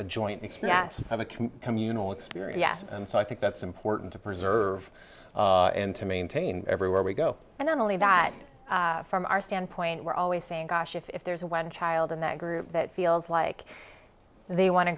complete communal experience and so i think that's important to preserve and to maintain everywhere we go and then only that from our standpoint we're always saying gosh if there's one child in that group that feels like they want to